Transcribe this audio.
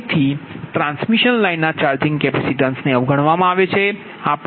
તેથી ટ્રાન્સમિશન લાઇનના ચાર્જિંગ કેપેસિટીન્સને અવગણવામાં આવે છે